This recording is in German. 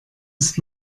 ist